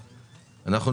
גודש.